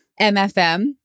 MFM